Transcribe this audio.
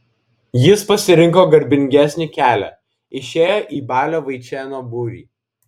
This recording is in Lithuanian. jis pasirinko garbingesnį kelią išėjo į balio vaičėno būrį